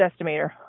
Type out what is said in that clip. estimator